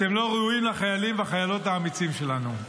אתם לא ראויים לחיילים והחיילות האמיצים שלנו.